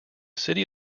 city